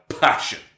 passion